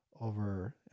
over